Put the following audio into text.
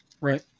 Right